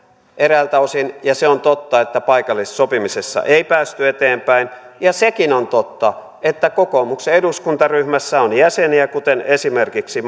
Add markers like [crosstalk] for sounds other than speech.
eräiltä osin ja se on totta että paikallisessa sopimisessa ei päästy eteenpäin ja sekin on totta että kokoomuksen eduskuntaryhmässä on jäseniä esimerkiksi [unintelligible]